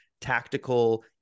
tactical